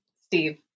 steve